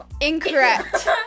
incorrect